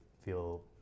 feel